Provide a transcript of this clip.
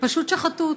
שפשוט שחטו אותו.